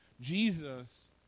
Jesus